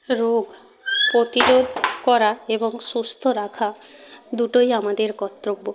রোগ প্রতিরোধ করা এবং সুস্থ রাখা দুটোই আমাদের কর্তব্য